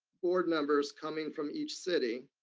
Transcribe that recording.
board numbers coming from each city,